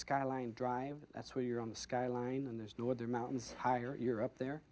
skyline drive that's where you're on the skyline and there's no other mountains higher you're up there